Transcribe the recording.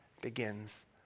begins